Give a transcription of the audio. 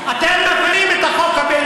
גנבי קרקעות.